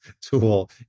tool